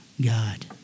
God